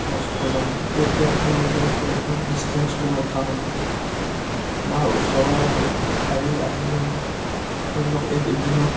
খৰচ কৰ্জন সেইটো এতিয়া আপোনালোকে এতিয়াতো ডিষ্টেঞ্চ লৈ কথা হ'ব আমাৰ ওচৰৰ ঠাই আহিলে ধৰি লওক এদিনত